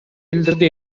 билдирди